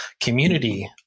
community